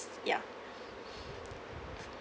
ya